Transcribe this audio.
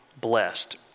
blessed